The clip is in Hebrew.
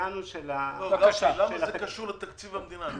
למה זה קשור לתקציב המדינה?